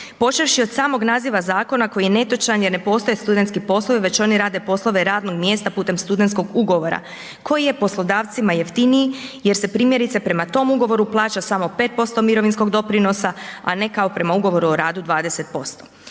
počevši od samog naziva zakona koji je netočan jer ne postoje studentski poslovi već oni rade poslove radnog mjesta putem studentskog ugovora koji je poslodavcima jeftiniji jer se primjerice prema tom ugovoru plaća samo 5% mirovinskog doprinosa, a ne kao prema Ugovoru o radu 20%.